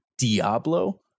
Diablo